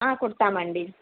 కుడతామండి